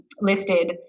listed